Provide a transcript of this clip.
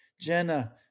Jenna